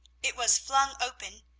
it was flung open,